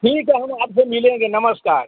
ठीक है हम आपसे मिलेंगे नमस्कार